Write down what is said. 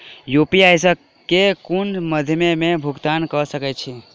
UPI सऽ केँ कुन मध्यमे मे भुगतान कऽ सकय छी?